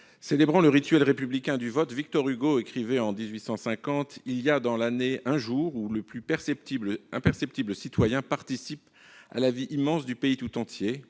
célébrant le rituel républicain du vote, Victor Hugo écrivait en 1850 :« Il y a dans l'année un jour où le plus imperceptible citoyen participe à la vie immense du pays tout entier,